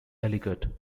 ellicott